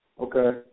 Okay